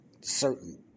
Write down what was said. certain